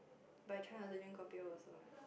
but I try not to drink kopi-O also